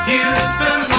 Houston